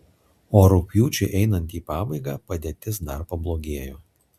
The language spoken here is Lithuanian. o rugpjūčiui einant į pabaigą padėtis dar pablogėjo